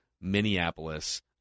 Minneapolis